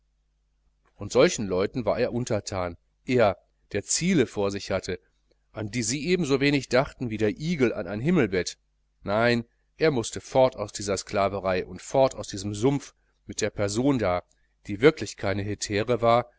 und solchen leuten war er unterthan er der ziele vor sich hatte an die sie ebensowenig dachten wie der igel an ein himmelbett nein er mußte fort aus dieser sklaverei und fort auch aus diesem sumpf mit der person da die wirklich keine hetäre war